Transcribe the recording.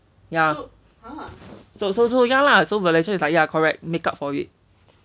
so so so ya lah so valencia< is like ya correct make up for it